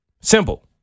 Simple